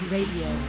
Radio